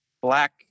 black